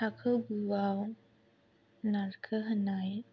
थाखो गुआव नारखो होननाय